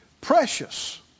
Precious